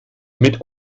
mit